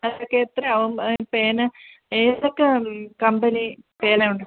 അതൊക്കെ എത്രയാകും പേന ഏതൊക്കെ കമ്പനി പേനയുണ്ട്